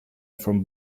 from